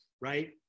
right